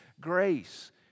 grace